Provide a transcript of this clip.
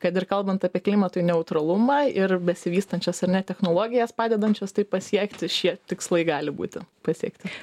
kad ir kalbant apie klimatui neutralumą ir besivystančias ar ne technologijas padedančias tai pasiekti šie tikslai gali būti pasiekti